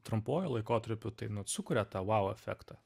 trumpuoju laikotarpiu tai nu sukuria tą vau efektą